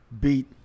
beat